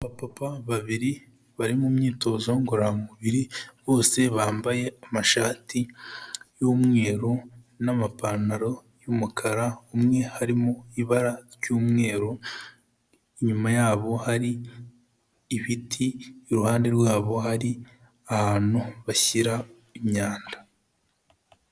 Abapa babiri bari mu myitozo ngororamubiri, bose bambaye amashati y'umweru n'amapantaro y'umukara. Umwe harimo ibara ry'umweru. Inyuma yabo hari ibiti. Iruhande rwabo hari ahantu bashyira imyanda.